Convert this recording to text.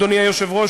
אדוני היושב-ראש,